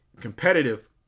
competitive